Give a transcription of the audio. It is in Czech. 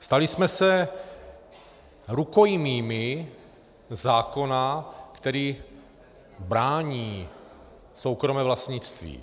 Stali jsme se rukojmími zákona, který brání soukromé vlastnictví.